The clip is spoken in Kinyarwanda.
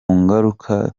ngaruka